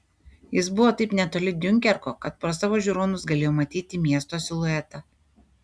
jis buvo taip netoli diunkerko kad pro savo žiūronus galėjo matyti miesto siluetą